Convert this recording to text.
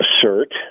assert